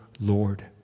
Lord